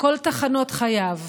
בכל תחנות חייו,